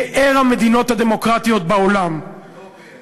פאר המדינות הדמוקרטיות בעולם, לא פאר.